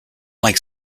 like